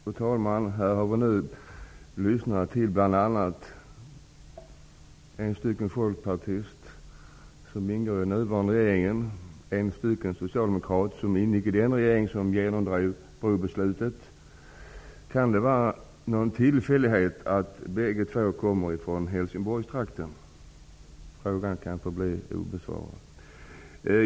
Fru talman! Här har vi nu kunnat lyssna till bl.a. en folkpartist -- Folkpartiet ingår i den nuvarande regeringen -- och en socialdemokrat -- Socialdemokraterna genomdrev brobeslutet. Är det en tillfällighet att båda dessa personer kommer från Helsingborgstrakten? Frågan kan förbli obesvarad.